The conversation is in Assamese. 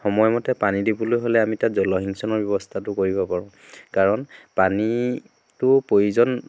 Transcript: সময় মতে পানী দিবলৈ হ'লে আমি তাত জলসিঞ্চনৰ ব্যৱস্থাটো কৰিব পাৰোঁ কাৰণ পানীতো প্ৰয়োজন